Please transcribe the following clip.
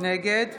נגד